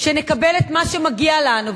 שנקבל את מה שמגיע לנו,